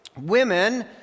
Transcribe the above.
women